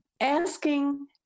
asking